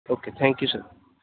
okay thank you sir